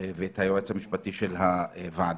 ואת היועץ המשפטי של הוועדה,